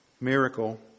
miracle